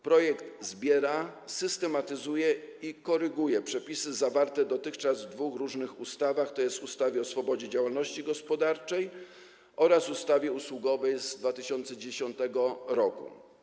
Projekt zbiera, systematyzuje i koryguje przepisy zawarte dotychczas w dwóch różnych ustawach, tj. ustawie o swobodzie działalności gospodarczej oraz ustawie usługowej z 2010 r.